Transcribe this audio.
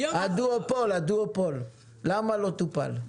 הדואופול, הדואופול, למה לא טופל?